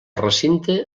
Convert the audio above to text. recinte